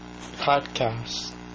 podcast